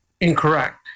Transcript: incorrect